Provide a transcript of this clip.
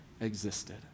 existed